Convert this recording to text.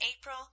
April